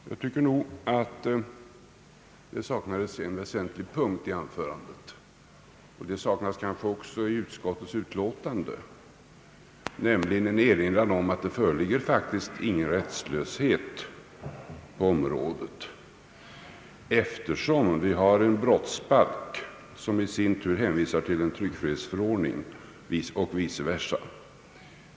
Jag tycker det saknades en väsentlig punkt i anförandet, kanske också i utskottets utlåtande, nämligen en erinran om att det faktiskt inte föreligger någon rättslöshet på området. Vi har en brottsbalk, som i sin tur hänvisar till en tryckfrihetsförordning, och vice versa.